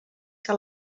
que